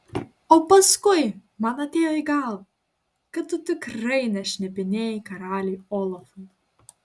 o paskui man atėjo į galvą kad tu tikrai nešnipinėjai karaliui olafui